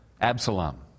Absalom